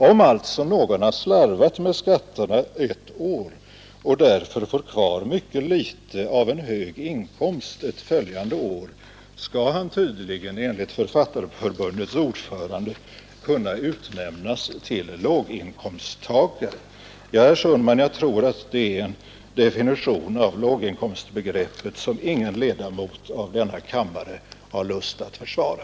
Om någon alltså har slarvat med skatterna ett år och därför får kvar mycket litet av en hög inkomst ett följande år, skall han tydligen enligt Författarförbundets ordförande kunna utnämnas till låginkomsttagare. Ja, herr Sundman, jag tror det är en definition av låginkomstbegreppet som ingen ledamot i denna kammare har lust att försvara.